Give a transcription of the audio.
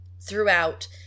throughout